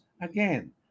again